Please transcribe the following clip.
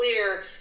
clear